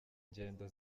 ingendo